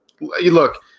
look